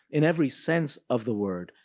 in every sense of the word,